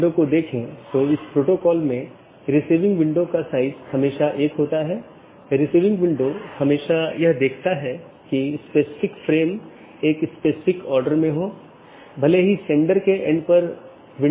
दो जोड़े के बीच टीसीपी सत्र की स्थापना करते समय BGP सत्र की स्थापना से पहले डिवाइस पुष्टि करता है कि BGP डिवाइस रूटिंग की जानकारी प्रत्येक सहकर्मी में उपलब्ध है या नहीं